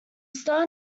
star